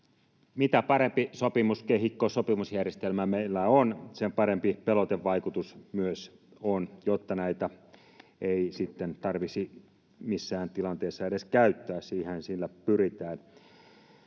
Mitä parempi sopimuskehikko, sopimusjärjestelmä, meillä on, sen parempi pelotevaikutus myös on, jotta näitä ei sitten tarvitsisi missään tilanteessa edes käyttää. Siihenhän sillä pyritään.